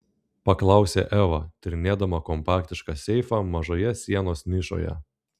paklausė eva tyrinėdama kompaktišką seifą mažoje sienos nišoje